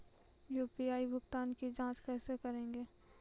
UPI भुगतान की जाँच कैसे करेंगे?